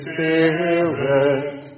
Spirit